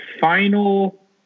final